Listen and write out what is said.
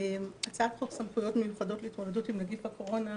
הצעת חוק סמכויות מיוחדות להתמודדות עם נגיף הקורונה,